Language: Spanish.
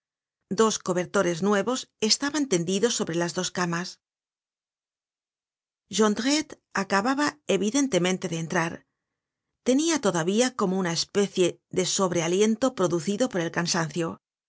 dos cobertores nuevos estaban tendidos sobre las dos camas jondrette acababa evidentemente de entrar tenia todavía como una especie de sobre aliento producido por el cansancio sus